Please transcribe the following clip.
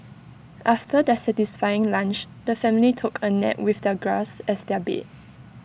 after their satisfying lunch the family took A nap with the grass as their bed